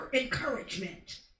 encouragement